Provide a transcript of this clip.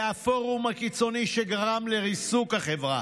זה הפורום הקיצוני שגרם לריסוק החברה,